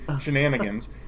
shenanigans